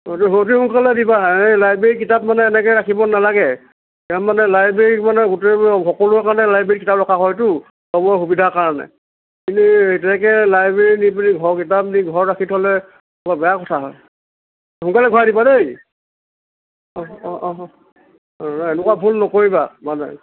অঁ অতি সোনকালে দিবা দেই লাইবেৰী কিতাপ মানে এনেকৈ ৰাখিব নালাগে মানে লাইবেৰী মানে গোটেইবোৰ সকলোৱে মানে লাইবেৰীত কিতাপ ৰখা হয়তো সবৰ সুবিধা কাৰণে তুমি তেনেকে লাইবেৰী নি পিনি ঘৰ কিতাপ নি ঘৰত ৰাখি থ'লে বৰ বেয়া কথা হয় সোনকালে ঘূৰাই দিবা দেই অঁ অঁ অঁ অঁ এনেকুৱা ভুল নকৰিবা মানে